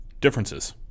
differences